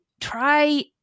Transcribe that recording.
try